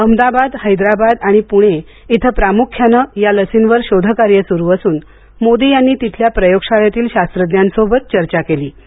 अहमदाबाद हैदराबाद आणि पुणे इथं प्रामुख्यानं या लसींवर शोधकार्य सुरु असून मोदी यांनी तिथल्या प्रयोगशाळेतील शास्त्रज्ञांसोबत चर्चा केलि